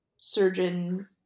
surgeon